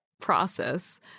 process